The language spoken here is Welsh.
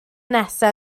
nesaf